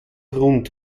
rund